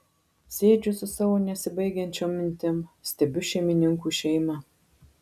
sėdžiu su savo nesibaigiančiom mintim stebiu šeimininkų šeimą